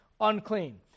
unclean